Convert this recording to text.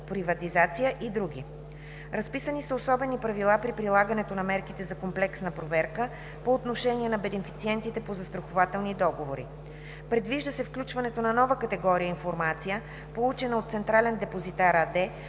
приватизация и други. Разписани са особени правила при прилагането на мерките за комплексна проверка по отношение на бенефициентите по застрахователни договори. Предвижда се включването на нова категория информация, получена от „Централен депозитар“ АД,